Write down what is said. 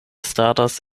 staras